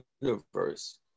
Universe